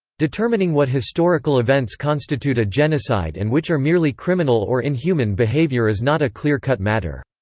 determining what historical events constitute a genocide and which are merely criminal or inhuman behavior is not a clear-cut matter.